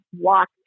walk